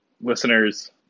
listeners